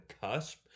cusp